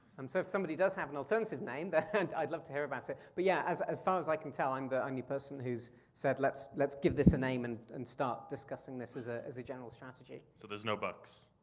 um so if somebody does have an alternative name, but and i'd love to hear about it. but yeah, as as far as i can tell, i'm the only person who's said let's let's give this a name and and start discussing this ah as a general strategy. so there's no bugs.